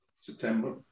September